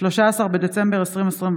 13 בדצמבר 2021,